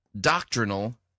doctrinal